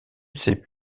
sais